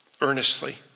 earnestly